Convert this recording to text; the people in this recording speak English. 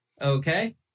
Okay